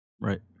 Right